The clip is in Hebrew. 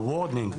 הוורדינג,